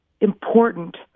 important